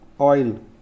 oil